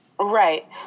Right